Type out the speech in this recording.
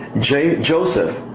Joseph